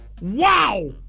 Wow